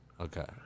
okay